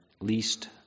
least